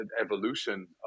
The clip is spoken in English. evolution